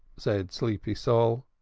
said sleepy sol.